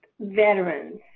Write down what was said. veterans